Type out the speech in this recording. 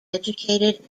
educated